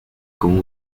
con